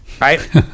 right